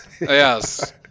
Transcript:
Yes